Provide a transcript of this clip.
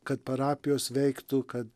kad parapijos veiktų kad